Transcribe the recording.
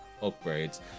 upgrades